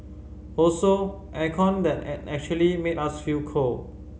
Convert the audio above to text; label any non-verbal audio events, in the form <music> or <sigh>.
also air con that <unintelligible> actually made us feel cold